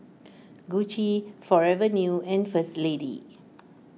Gucci Forever New and First Lady